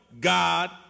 God